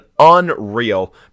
unreal